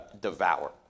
devour